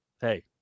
hey